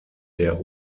der